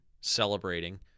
celebrating